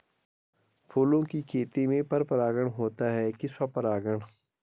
फूलों की खेती में पर परागण होता है कि स्वपरागण?